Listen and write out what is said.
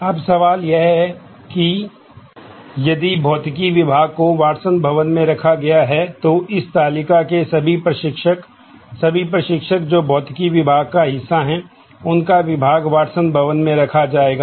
अब सवाल यह है कि यदि भौतिकी विभाग को वाटसन भवन में रखा गया है तो इस तालिका के सभी प्रशिक्षक सभी प्रशिक्षक जो भौतिकी विभाग का हिस्सा हैं उनका विभाग वाटसन भवन में रखा जाएगा